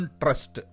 trust